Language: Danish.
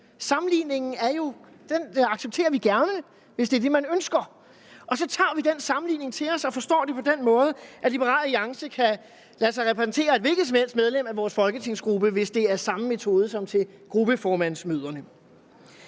Sammenligningen accepterer vi gerne, hvis det er det, man ønsker, og så tager vi den sammenligning til os og forstår det på den måde, at Liberal Alliance kan lade sig repræsentere af et hvilket som helst medlem af vores folketingsgruppe, hvis det er samme metode som til gruppeformandsmøderne.